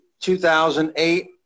2008